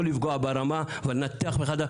לא לפגוע ברמה אבל לנתח מחדש.